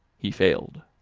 he failed.